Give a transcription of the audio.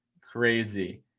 crazy